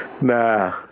Nah